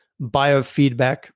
biofeedback